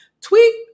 Tweet